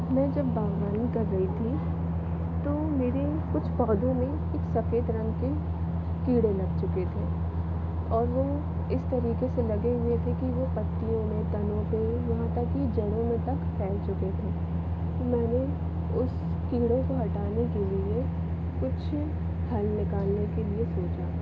मैं जब बागवानी कर रही थी तो मेरे कुछ पौधौं में एक सफ़ेद रंग के कीड़े लग चुके थे और वो इस तरीके से लगे हुए थे कि वो पत्तियों में तनों पे यहाँ तक कि जड़ों तक फैल चुके थे तो मैंने उस कीड़े को हटाने के लिए कुछ हल निकालने के लिए सोचा